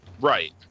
Right